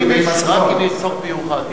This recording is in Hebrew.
אם יש, אדוני, צורך מיוחד.